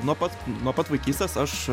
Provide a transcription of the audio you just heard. nuo pat nuo pat vaikystės aš